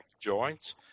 joints